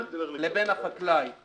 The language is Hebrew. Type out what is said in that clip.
נביא את החוק ככה.